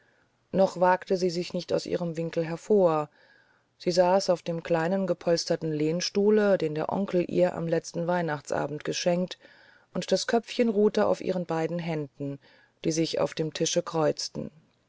noch wagte sie sich nicht aus ihrem winkel hervor sie saß auf dem kleinen gepolsterten lehnstuhle den der onkel ihr am letzten weihnachtsabend geschenkt und das köpfchen ruhte auf ihren beiden händen die sich auf dem tische kreuzten